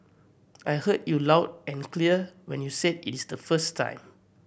I heard you loud and clear when you said it is the first time